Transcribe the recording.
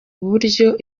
uburyo